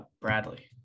Bradley